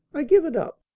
i give it up.